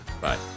Bye